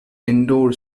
indoor